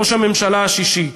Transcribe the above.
ראש הממשלה השישי,